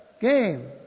game